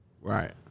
Right